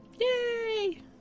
Yay